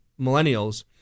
millennials